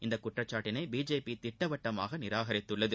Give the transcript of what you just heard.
இந்த குற்றச்சாட்டினை பிஜேபி திட்டவட்டமாக நிராகரித்துள்ளது